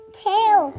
tail